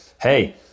Hey